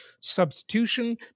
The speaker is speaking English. Substitution